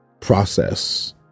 process